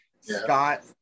Scott